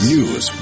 News